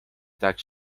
tak